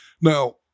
Now